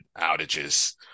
outages